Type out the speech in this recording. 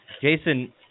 Jason